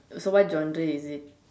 so what genre is it